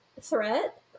threat